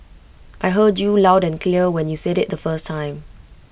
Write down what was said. I heard you loud and clear when you said IT the first time